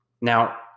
Now